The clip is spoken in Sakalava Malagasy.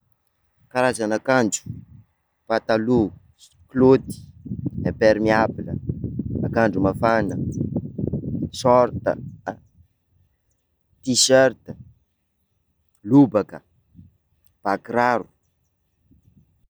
Karazana akanjo: pataloa, kilaoty, impermeable, akanjo mafana, sorta, t-shirt, lobaka, bakiraro.